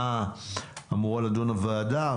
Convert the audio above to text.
במה אמורה לדון הוועדה.